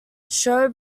show